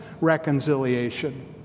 reconciliation